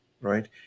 right